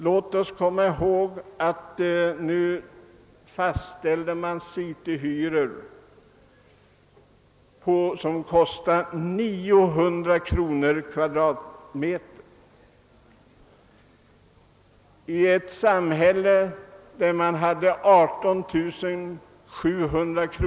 Låt oss komma ihåg att cityhyror fastställts till 900 kr. per kvadratmeter, och i ett samhälle där medelinkomsten uppgår till 18 700 kr.